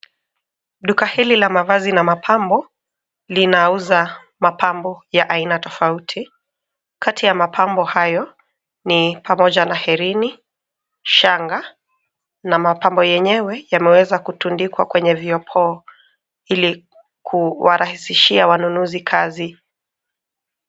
Duka hili la mavazi na mapambo linauza mapambo ya aina tofauti. Kati ya mapambo hayo ni pamoja na herini, shanga na mapambo yenyewe yameweza kutundikwa kwenye viopoo ili kuwarahisishia wanunuzi kazi.